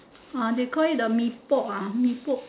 ah they call it the mee-pok ah mee-pok